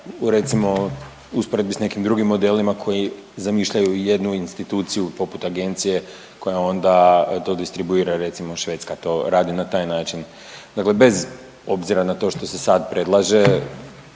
usporedbi sa nekim drugim modelima koji zamišljaju jednu instituciju poput agencije koja onda to distribuira. Recimo Švedska to radi na taj način. Dakle, bez obzira na to što se sad predlaže